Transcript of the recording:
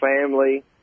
family